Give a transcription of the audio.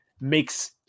makes